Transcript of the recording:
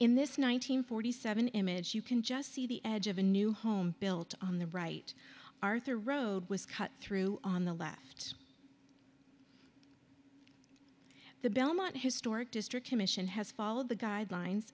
in this one nine hundred forty seven image you can just see the edge of a new home built on the right arthur road was cut through on the left the belmont historic district commission has followed the guidelines